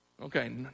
Okay